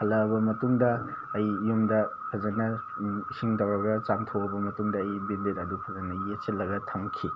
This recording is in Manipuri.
ꯍꯜꯂꯛꯑꯕ ꯃꯇꯨꯡꯗ ꯑꯩ ꯌꯨꯝꯗ ꯐꯖꯅ ꯏꯁꯤꯡ ꯇꯧꯔꯒ ꯆꯥꯝꯊꯣꯛꯑꯕ ꯃꯇꯨꯡꯗ ꯑꯩ ꯕꯦꯟꯑꯦꯗ ꯑꯗꯨ ꯐꯖꯅ ꯌꯦꯠꯁꯤꯜꯂꯒ ꯊꯝꯈꯤ